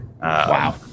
Wow